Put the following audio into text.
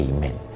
Amen